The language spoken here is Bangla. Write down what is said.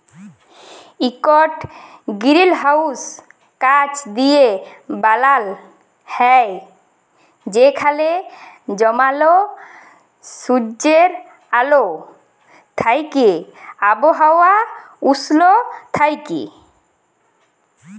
ইকট গিরিলহাউস কাঁচ দিঁয়ে বালাল হ্যয় যেখালে জমাল সুজ্জের আল থ্যাইকে আবহাওয়া উস্ল থ্যাইকে